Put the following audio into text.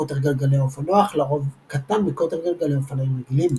קוטר גלגלי האופנוח לרוב קטן מקוטר גלגלי אופניים רגילים.